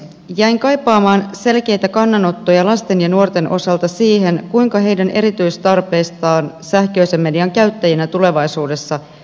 jäin kaipaamaan selkeitä kannanottoja lasten ja nuorten osalta siihen kuinka heidän erityistarpeistaan sähköisen median käyttäjinä tulevaisuudessa huolehditaan